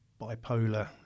bipolar